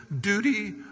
duty